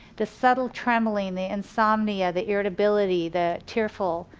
the subtle trembling, the insomnia, the irritability, the tearfulness,